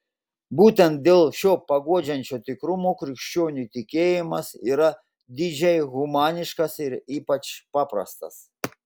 būtent dėl šio paguodžiančio tikrumo krikščionių tikėjimas yra didžiai humaniškas ir ypač paprastas